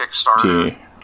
Kickstarter